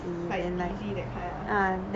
like dizzy that kind ah